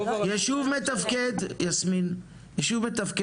יישוב מתפקד עובד.